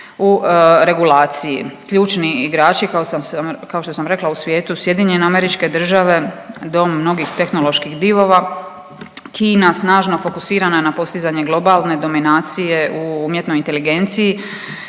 u regulaciji. Ključni igrači kao što sam rekla u svijetu SAD do mnogih tehnoloških divova, Kina snažno fokusirana na postizanje globalne dominacije u umjetnoj inteligenciji.